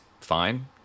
Fine